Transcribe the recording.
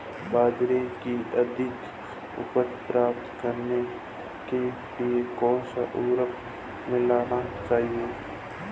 बाजरे की अधिक उपज प्राप्त करने के लिए कौनसा उर्वरक मिलाना चाहिए?